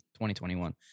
2021